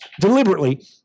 deliberately